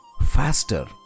faster